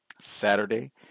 Saturday